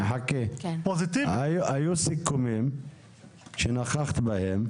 היו סיכומים בהם נכחת,